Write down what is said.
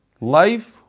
Life